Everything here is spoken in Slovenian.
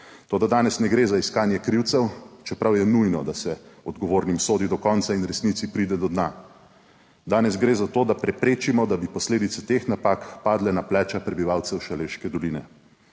Toda danes ne gre za iskanje krivcev, čeprav je nujno, da se odgovornim sodi do konca in v resnici pride do dna. Danes gre za to, da preprečimo, da bi posledice teh napak padle na pleča prebivalcev Šaleške doline.